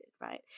right